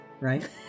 right